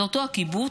זה אותו הקיבוץ